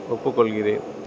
ஒப்புக்கொள்கிறேன்